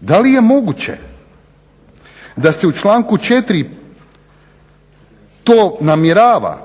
Da li je moguće da se u članku 4. to namjerava,